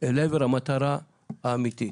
אל עבר המטרה האמיתית.